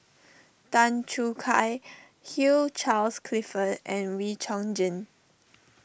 Tan Choo Kai Hugh Charles Clifford and Wee Chong Jin